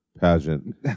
pageant